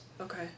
okay